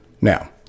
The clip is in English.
now